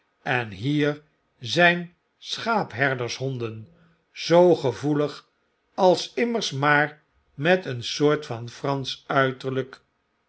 en hier zgn schaapherdershonden zoo gevoelig als immers maar met een soort van pransch uiterljjk